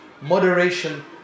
moderation